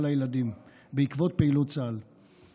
לילדים בעקבות פעילות צה"ל למינימום הנדרש.